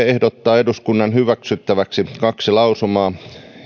ehdottaa eduskunnan hyväksyttäväksi kaksi lausumaa